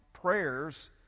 prayers